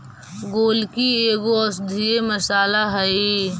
गोलकी एगो औषधीय मसाला हई